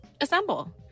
assemble